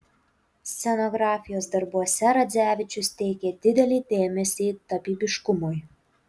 scenografijos darbuose radzevičius teikė didelį dėmesį tapybiškumui